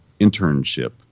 internship